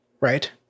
right